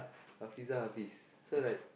Hafiza Hafiz so like